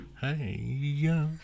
Hey